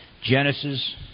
Genesis